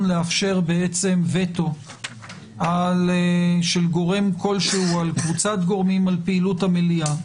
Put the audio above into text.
לאפשר וטו של גורם כלשהו על קבוצת גורמים על פעילות המליאה.